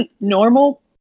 Normal